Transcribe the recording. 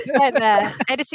editing